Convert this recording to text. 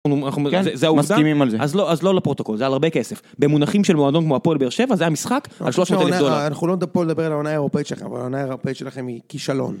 זהו מסכימים על זה. אז לא לפרוטוקול, זה על הרבה כסף. במונחים של מועדון כמו הפועל באר שבע זה משחק על 300 אלף דולר. אנחנו לא נדבר על העונה האירופאית שלכם, אבל העונה האירופאית שלכם היא כישלון.